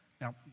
Now